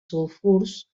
sulfurs